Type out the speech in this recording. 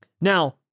Now